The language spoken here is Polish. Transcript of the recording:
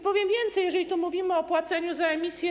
Powiem więcej, jeżeli tu mówimy o płaceniu za emisję